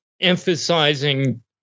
emphasizing